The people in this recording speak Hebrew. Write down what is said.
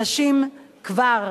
נשים כבר,